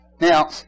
Now